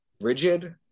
rigid